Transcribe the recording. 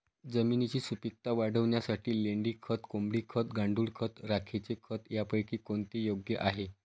जमिनीची सुपिकता वाढवण्यासाठी लेंडी खत, कोंबडी खत, गांडूळ खत, राखेचे खत यापैकी कोणते योग्य आहे?